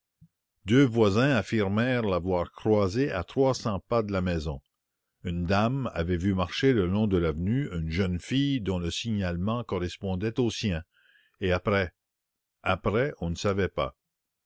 deux voisins affirmèrent l'avoir croisée à trois cents pas de la maison une dame avait vu marcher le long de l'avenue une jeune fille dont le signalement correspondait au sien et après après on ne savait pas